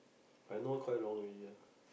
I know her quite long already ah